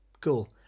Cool